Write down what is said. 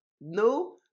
no